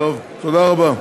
תודה רבה.